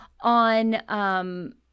on